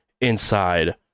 Inside